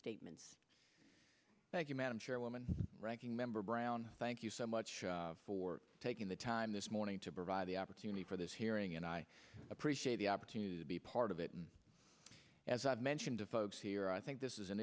statements thank you madam chairwoman ranking member brown thank you so much for taking the time this morning to provide the opportunity for this hearing and i appreciate the opportunity to be part of it and as i've mentioned to folks here i think this is an